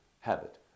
habit